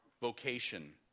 vocation